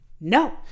No